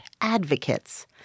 advocates